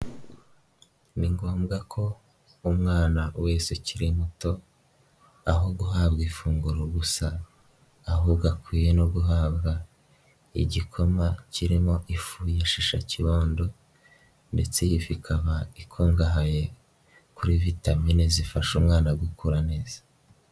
Ni ngombwa ko umwana wese ukiri muto aho guhabwa ifunguro gusa, ahubwo akwiye no guhabwa igikoma kirimo ifu ya shisha kibondo, ndetse ikaba ikungahaye kuri vitamine zifasha umwana gukura neza.